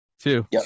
Two